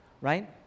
right